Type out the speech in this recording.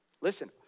listen